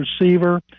receiver